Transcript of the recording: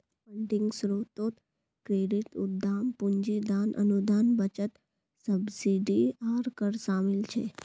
funding स्रोतोत credit, उद्दाम पूंजी, दान, अनुदान, बचत, सब्सिडी आर कर शामिल छे